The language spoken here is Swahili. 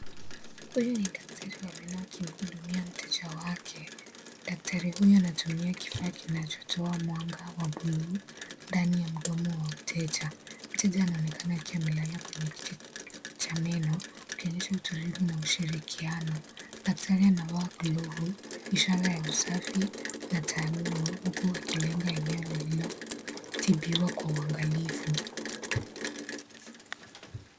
Huyu ni daktari wa meno akimhudumia mteja wake. Daktari huyo anatumia kifaa kinachotoa mwanga wa buluu ndani ya mdomo wa mteja. Mteja anaonekana akiwa amelala kwenye kiti cha meno akionyesha utulivu na ushirikiano. Daktari amevaa glovu, ishara ya usafi na taaluma huku akilenga eneo lililotibiwa kwa uangalifu.